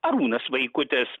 arūnas vaikutis